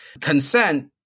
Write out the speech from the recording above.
consent